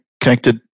connected